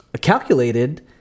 calculated